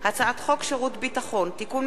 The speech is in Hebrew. הצעת חוק שירות ביטחון (תיקון מס'